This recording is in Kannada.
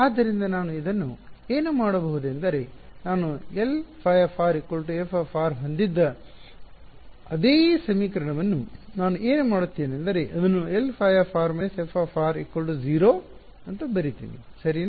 ಆದ್ದರಿಂದ ನಾವು ಇದನ್ನು ಏನು ಮಾಡಬಹುದೆಂದರೆ ನಾನು Lϕ f ಹೊಂದಿದ್ದ ಅದೇ ಸಮೀಕರಣವನ್ನು ನಾನು ಏನು ಮಾಡುತ್ತೇನೆಂದರೆ ಇದನ್ನು Lϕ − f 0 ಸರಿನಾ